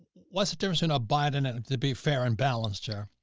what's the difference in a biden and to be fair and balanced here,